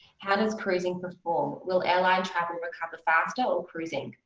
how does cruising perform? will airline travel recover faster or cruising?